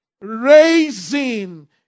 Raising